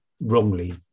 wrongly